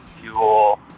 fuel